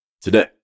today